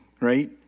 right